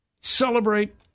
celebrate